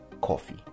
coffee